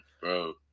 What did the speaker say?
bro